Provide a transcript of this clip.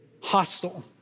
hostile